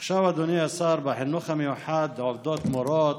עכשיו, אדוני השר, בחינוך המיוחד עובדות מורות,